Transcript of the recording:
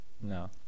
No